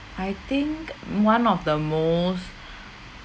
I think one of the most